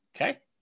Okay